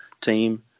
team